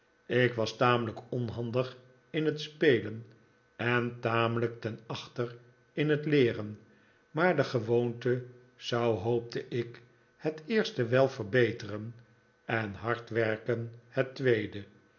ik was tamelijk onhandig in het spelen en tamelijk ten achter in het leeren maar de gewoonte zou hoopte ik het eerste wel verbeteren en hard werken het tweede